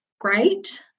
great